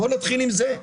בואו נתחיל עם זה,